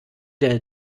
der